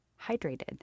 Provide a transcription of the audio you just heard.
hydrated